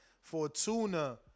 Fortuna